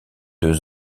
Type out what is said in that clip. deux